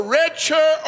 richer